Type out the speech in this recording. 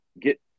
get